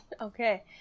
Okay